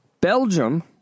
Belgium